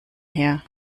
her